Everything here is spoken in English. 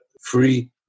free